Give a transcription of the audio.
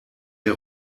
der